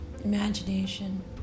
imagination